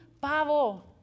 pavo